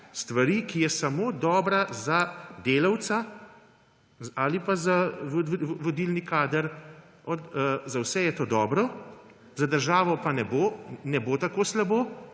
stvari, ki je samo dobra za delavca ali za vodilni kader. Za vse je to dobro, za državo pa ne bo tako slabo,